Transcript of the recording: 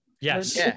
Yes